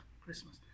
Christmas